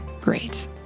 great